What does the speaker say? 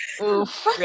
oof